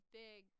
big